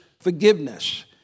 forgiveness